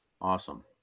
Awesome